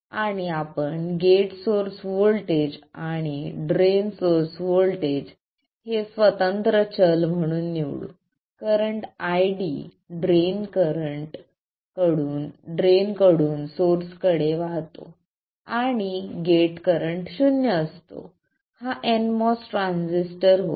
आणि आपण gate source voltage आणि ड्रेन सोर्स व्होल्टेज हे स्वतंत्र चल म्हणून निवडू current ID drain current drain कडून सोर्स कडे वाहतो आणि गेट करंट शून्य असतो हा nMOS ट्रान्झिस्टर होय